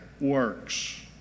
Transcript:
works